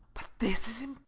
but this is im